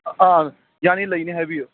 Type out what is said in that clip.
ꯑꯥ ꯌꯥꯅꯤ ꯂꯩꯅꯤ ꯍꯥꯏꯕꯤꯌꯨ